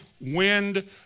wind